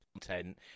content